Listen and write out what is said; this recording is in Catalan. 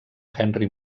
henry